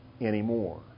anymore